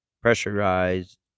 pressurized